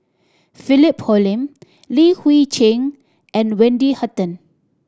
Philip Hoalim Li Hui Cheng and Wendy Hutton